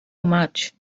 much